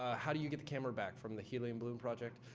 ah how do you get the camera back from the helium balloon project?